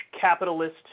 capitalist